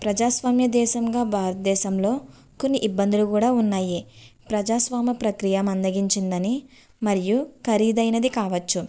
ప్రజాస్వామ్య దేశంగా భారతదేశంలో కొన్ని ఇబ్బందులు గూడా ఉన్నాయి ప్రజాస్వామ్య ప్రక్రియ మందగించింది అని మరియు ఖరీదైనది కావచ్చు